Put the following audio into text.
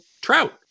trout